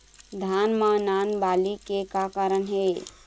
धान म नान बाली के का कारण हे?